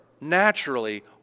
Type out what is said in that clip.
naturally